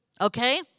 Okay